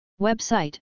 Website